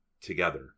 together